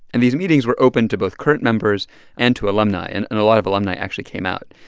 and these meetings were open to both current members and to alumni, and and a lot of alumni actually came out.